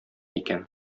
икән